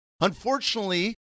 Unfortunately